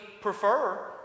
prefer